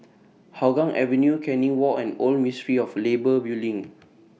Hougang Avenue Canning Walk and Old Ministry of Labour Building